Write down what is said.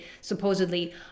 supposedly